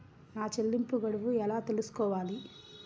నా చెల్లింపు గడువు ఎలా తెలుసుకోవాలి?